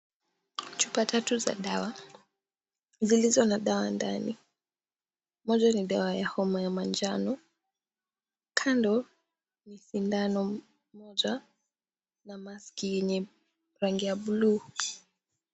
Chupa tatu za dawa, zilizo na dawa ndani. Moja ni dawa ya homa ya manjano. Kando ni sindano moja na mask yenye rangi ya buluu.